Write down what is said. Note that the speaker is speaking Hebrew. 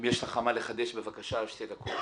אם יש לך מה לחדש, בבקשה, שתי דקות.